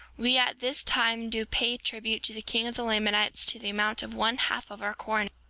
we at this time do pay tribute to the king of the lamanites, to the amount of one half of our corn,